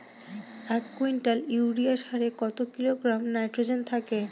এক quintal urea সারে কত কিলোগ্রাম নাইট্রোজেন থাকে?